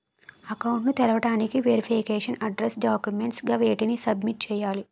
Account ను తెరవటానికి verification address documents గా వేటిని సబ్మిట్ చేయాలి?